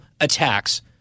attacks